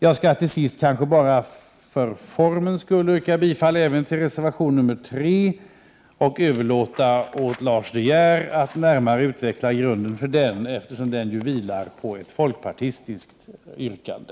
Jag vill till sist bara för formens skull yrka bifall även till reservation 3, och jag överlåter åt Lars De Geer att närmare utveckla grunden för den reservationen, eftersom den vilar på ett folkpartistiskt yrkande.